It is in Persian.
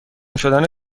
شدن